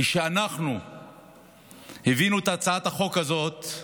כשאנחנו הבאנו את הצעת החוק הזאת,